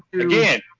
again